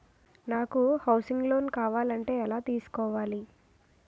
నాకు housing loan కావాలంటే ఎలా తీసుకోవాలి?